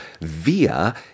via